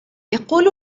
يقول